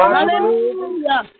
Hallelujah